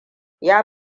ya